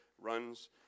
runs